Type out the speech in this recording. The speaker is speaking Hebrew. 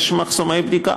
יש מחסומי בדיקה.